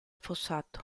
fossato